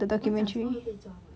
我们讲这个会被抓吗